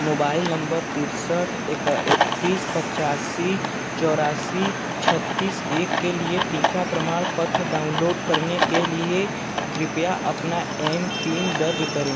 mobile number तिरसठ एक इकतीस पचासी चौरासी छत्तीस एक के लिए टीका प्रमाणपत्र डाउनलोड करने के लिए कृपया अपना एमपिन दर्ज करें